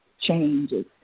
changes